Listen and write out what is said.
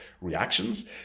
reactions